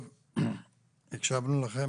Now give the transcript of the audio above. טוב, הקשבנו לכם.